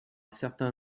certain